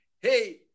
hey